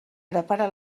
prepara